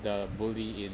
the bully in